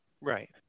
Right